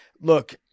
Look